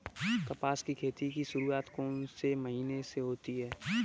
कपास की खेती की शुरुआत कौन से महीने से होती है?